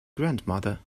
grandmother